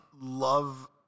love